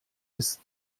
ist